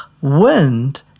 wind